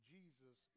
Jesus